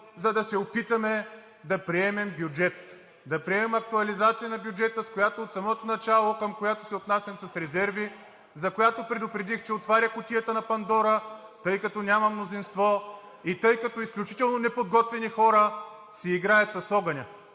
за да се опитаме да приемем актуализацията на бюджета, към която от самото начало се отнасям с резерви и за която предупредих, че отваря кутията на Пандора, тъй като няма мнозинство и тъй като изключително неподготвени хора си играят с огъня.